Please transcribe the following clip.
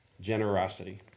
Generosity